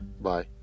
Bye